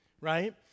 right